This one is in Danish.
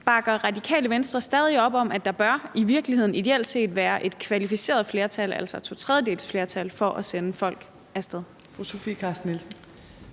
Bakker Radikale Venstre stadig op om, at der i virkeligheden ideelt set bør være et kvalificeret flertal, altså et totredjedelsflertal, for at sende folk af sted?